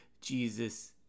Jesus